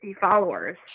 followers